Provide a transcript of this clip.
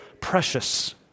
precious